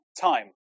time